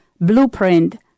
blueprint